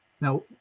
Now